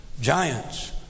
Giants